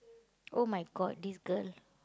!oh-my-God! this girl